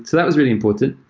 so that was really important.